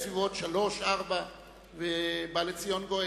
בסביבות 15:00 16:00 ובא לציון גואל.